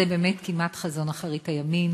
זה באמת כמעט חזון אחרית הימים